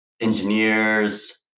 engineers